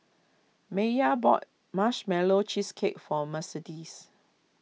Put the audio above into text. Maiya bought Marshmallow Cheesecake for Mercedes